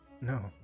No